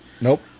nope